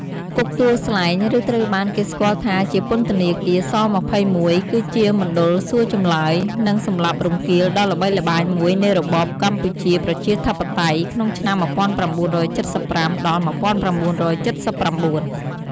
គុកទួលស្លែង ឬត្រូវបានគេស្គាល់ថាជាពន្ធធនាគារ ស-២១ គឺជាមណ្ឌលសួរចម្លើយ និងសម្លាប់រង្គាលដ៏ល្បីល្បាញមួយនៃរបបកម្ពុជាប្រជាធិបតេយ្យ ក្នុងឆ្នាំ១៩៧៥ ដល់ ១៩៧៩។